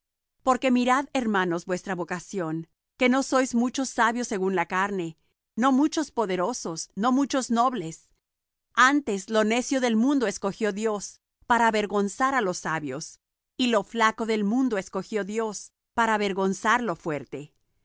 porque mirad hermanos vuestra vocación que no sois muchos sabios según la carne no muchos poderosos no muchos nobles antes lo necio del mundo escogió dios para avergonzar á los sabios y lo flaco del mundo escogió dios para avergonzar lo fuerte